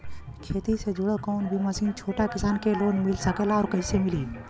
खेती से जुड़ल कौन भी मशीन छोटा किसान के लोन मिल सकेला और कइसे मिली?